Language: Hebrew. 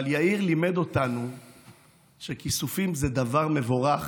אבל יאיר לימד אותנו שכיסופים זה דבר מבורך.